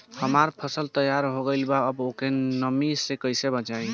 हमार फसल तैयार हो गएल बा अब ओके नमी से कइसे बचाई?